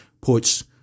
puts